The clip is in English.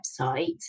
website